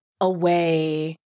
away